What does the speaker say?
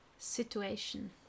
situation